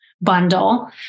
bundle